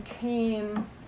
came